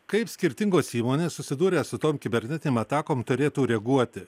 kaip skirtingos įmonės susidūrę su tom kibernetinėms atakoms turėtų reaguoti